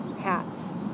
hats